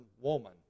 woman